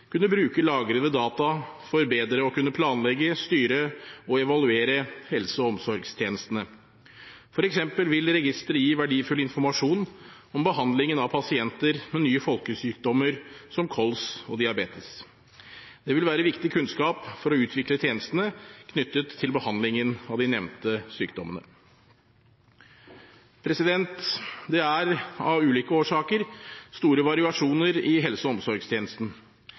kunne bruke lagrede data for bedre å kunne planlegge, styre og evaluere helse- og omsorgstjenestene. For eksempel vil registeret gi verdifull informasjon om behandlingen av pasienter med nye folkesykdommer, som kols og diabetes. Det vil være viktig kunnskap for å utvikle tjenestene knyttet til behandling av de nevnte sykdommene. Det er – av ulike årsaker – store variasjoner i helse- og omsorgstjenesten.